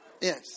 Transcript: Yes